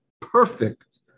perfect